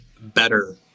better